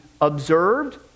observed